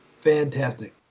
Fantastic